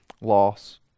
loss